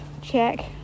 check